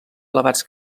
elevats